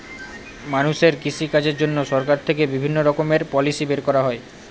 মানুষের কৃষিকাজের জন্য সরকার থেকে বিভিণ্ণ রকমের পলিসি বের করা হয়